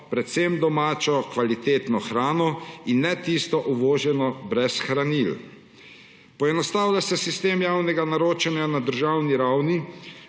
predvsem domačo, kvalitetno hrano in ne tiste uvožene brez hranil. Poenostavlja se sistem javnega naročanja na državni ravni,